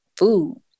food